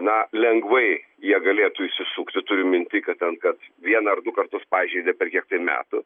na lengvai jie galėtų išsisukti turiu minty kad ten kad vieną ar du kartus pažeidė per kiek tai metų